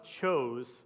chose